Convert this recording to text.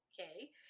okay